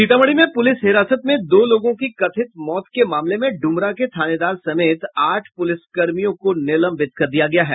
सीतामढ़ी में पुलिस हिरासत में दो लोगों की कथित मौत के मामले में डुमरा के थानेदार समेत आठ प्रलिसकर्मियों को निलंबित कर दिया गया है